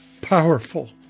powerful